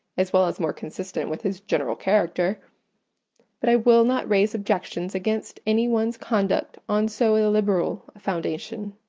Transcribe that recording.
as well as more consistent with his general character but i will not raise objections against any one's conduct on so illiberal a foundation,